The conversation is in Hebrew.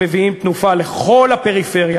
שמביאים תנופה לכל הפריפריה,